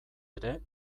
ere